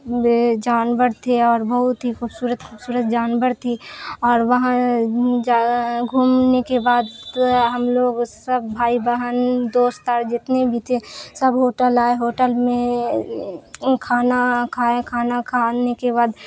جانور تھے اور بہت ہی خوبصورت خوبصورت جانور تھی اور وہاں گھومنے کے بعد ہم لوگ سب بھائی بہن دوست اور جتنے بھی تھے سب ہوٹل آئے ہوٹل میں کھانا کھائے کھانا کھانے کے بعد